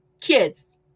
kids